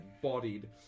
bodied